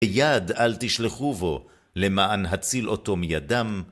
ויד אל תשלחו בו, למען הציל אותו מידם.